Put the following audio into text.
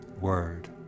word